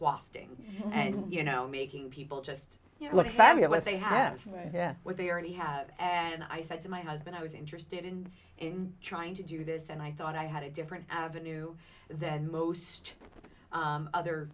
wafting and you know making people just you know what fabulous they have what they already have and i said to my husband i was interested in trying to do this and i thought i had a different avenue than most other